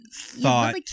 thought